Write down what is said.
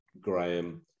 Graham